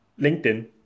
LinkedIn